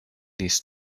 least